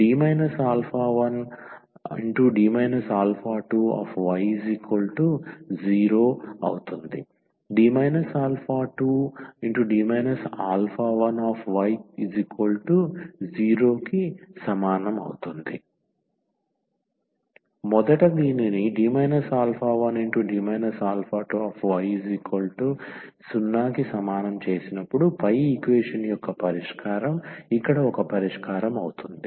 ⟹D α1D 2y0 ⟹D 2D α1y0 మొదట దీనిని D α1D 2y0 పై ఈక్వేషన్ యొక్క పరిష్కారం ఇక్కడ ఒక పరిష్కారం అవుతుంది